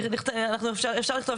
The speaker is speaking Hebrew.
אנחנו נכתוב: